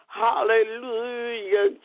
hallelujah